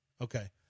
Okay